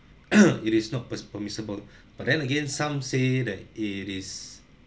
it is not pers~ permissible but then again some say that it is